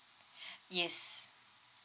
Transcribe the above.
yes